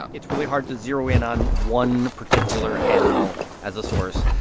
um it's really hard to zero in on one particular animal as a source,